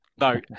No